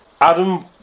Adam